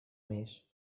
més